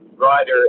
rider